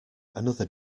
another